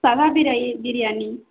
ସାଧା ବିରିୟାନୀ